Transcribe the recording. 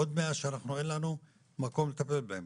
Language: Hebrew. עוד 100 שאנחנו אין לנו מקום לטפל בהם.